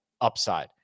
upside